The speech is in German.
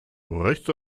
rechts